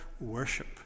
worship